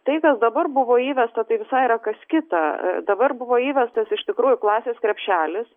tai kas dabar buvo įvesta tai visai yra kas kita dabar buvo įvestas iš tikrųjų klasės krepšelis